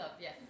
yes